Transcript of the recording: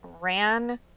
ran